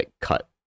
cut